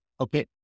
okay